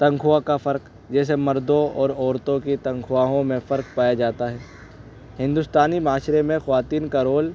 تنخواہ کا فرق جیسے مردوں اور عورتوں کی تنخواہوں میں فرق پایا جاتا ہے ہندوستانی معاشرے میں خواتین کا رول